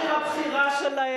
בקלפי את מחיר הבחירה שלהם,